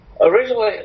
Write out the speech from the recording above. Originally